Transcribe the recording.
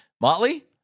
Motley –